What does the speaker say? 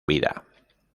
vida